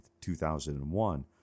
2001